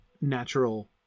natural